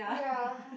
ya